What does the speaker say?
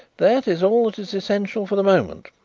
that is all that is essential for the moment.